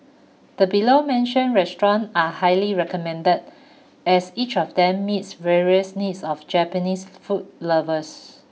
the below mentioned restaurant are highly recommended as each of them meets various needs of Japanese food lovers